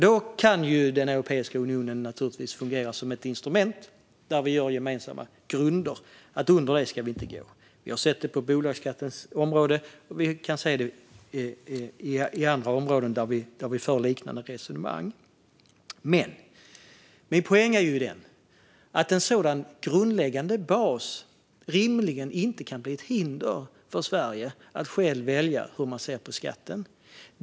Då kan Europeiska unionen fungera som ett instrument genom att vi har gemensamma grunder, som vi inte ska gå under. Det har vi sett på bolagsskatteområdet, och det förs liknande resonemang på andra områden. Min poäng är dock att en sådan grundläggande bas inte rimligen kan bli ett hinder för Sverige att välja hur vi själva sätter skatten.